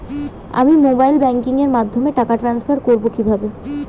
আমি mobile banking এর মাধ্যমে টাকা টান্সফার করব কিভাবে?